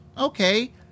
okay